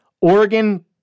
Oregon